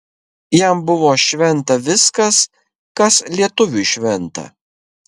jam buvo šventa viskas kas lietuviui šventa